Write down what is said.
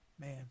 Man